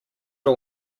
all